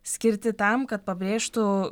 skirti tam kad pabrėžtų